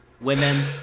Women